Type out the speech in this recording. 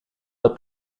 dat